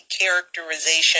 characterization